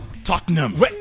tottenham